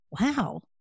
wow